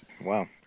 Wow